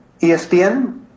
espn